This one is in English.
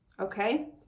okay